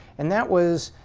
and that was,